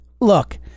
Look